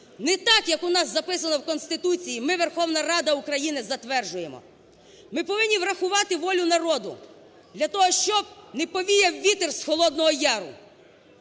Не так як у нас записано в Конституції, ми Верховна Рада України затверджуємо. Ми повинні врахувати волю народу для того, щоб не повіяв вітер з холодного яру.